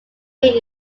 made